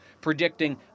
predicting